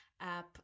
app